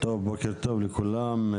בוקר טוב לכולם.